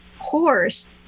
horse